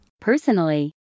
personally